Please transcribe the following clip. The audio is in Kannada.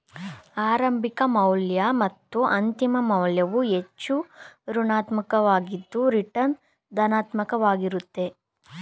ಆರಂಭಿಕ ಮೌಲ್ಯ ಮತ್ತು ಅಂತಿಮ ಮೌಲ್ಯವು ಹೆಚ್ಚು ಋಣಾತ್ಮಕ ವಾಗಿದ್ದ್ರ ರಿಟರ್ನ್ ಧನಾತ್ಮಕ ವಾಗಿರುತ್ತೆ